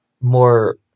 more